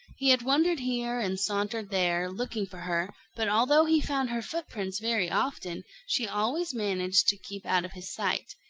he had wandered here and sauntered there, looking for her, but although he found her footprints very often, she always managed to keep out of his sight,